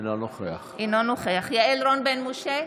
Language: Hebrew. אינו נוכח יעל רון בן משה,